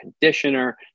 conditioner